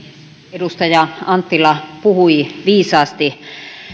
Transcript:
edustaja anttila puhui viisaasti